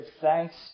thanks